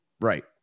Right